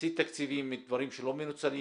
נסית תקציבים מדברים שלא מנוצלים